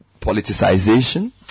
politicization